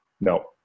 no